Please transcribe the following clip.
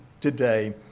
today